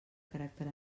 caràcter